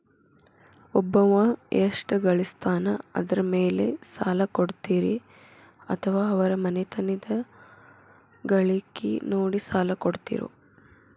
ಒಬ್ಬವ ಎಷ್ಟ ಗಳಿಸ್ತಾನ ಅದರ ಮೇಲೆ ಸಾಲ ಕೊಡ್ತೇರಿ ಅಥವಾ ಅವರ ಮನಿತನದ ಗಳಿಕಿ ನೋಡಿ ಸಾಲ ಕೊಡ್ತಿರೋ?